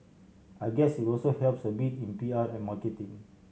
I guess it also helps a bit in P R and marketing